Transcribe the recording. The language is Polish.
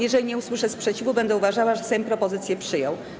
Jeżeli nie usłyszę sprzeciwu, będę uważała, że Sejm propozycję przyjął.